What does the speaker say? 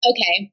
Okay